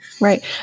Right